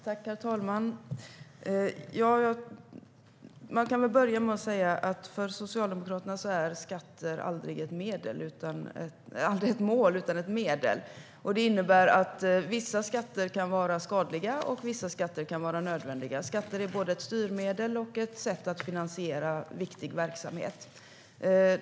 Herr talman! Jag vill börja med att säga att för Socialdemokraterna är skatter aldrig ett mål utan det är ett medel. Det innebär att vissa skatter kan vara skadliga och vissa skatter kan vara nödvändiga. Skatter är både ett styrmedel och ett sätt att finansiera viktig verksamhet.